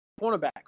cornerback